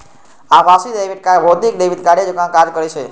आभासी debit card भौतिक debit कार्डे जकां काज करै छै